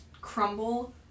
crumble